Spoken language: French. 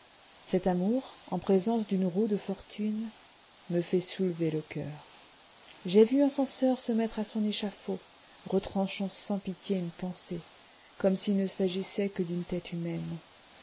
cet amour en présence d'une roue de fortune me fit soulever le coeur j'ai vu un censeur se mettre à son échafaud retranchant sans pitié une pensée comme s'il ne s'agissait que d'une tête humaine